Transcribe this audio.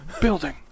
building